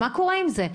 מה קורה עם זה?